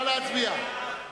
נא להצביע.